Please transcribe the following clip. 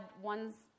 ones